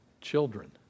children